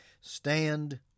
Stand